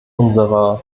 unserer